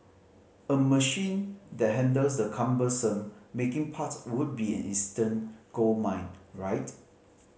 a machine that handles the cumbersome making part would be an instant goldmine right